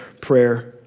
prayer